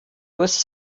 was